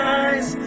eyes